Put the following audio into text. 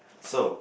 so